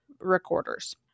recorders